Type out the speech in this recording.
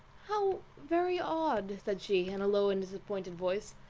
how very odd! said she, in a low and disappointed voice,